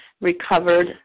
recovered